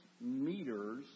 meters